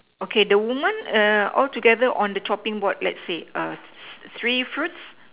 okay the woman err altogether on the chopping board let's say err three fruits